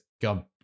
go